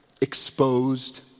exposed